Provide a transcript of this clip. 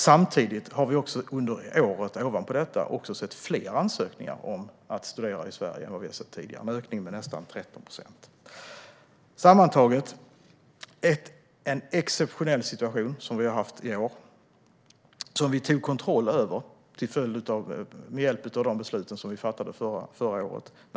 Samtidigt har det under året kommit in fler ansökningar om att studera i Sverige, och den ökningen var nästan 13 procent. Sammantaget har det varit en exceptionell situation i år som vi tog kontroll över med hjälp av de beslut som vi fattade förra året.